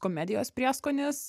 komedijos prieskonis